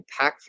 impactful